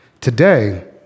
Today